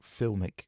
filmic